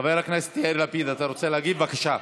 חבר הכנסת יאיר לפיד, אתה רוצה להגיב, בבקשה.